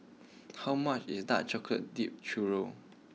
how much is Dark chocolate Dipped Churro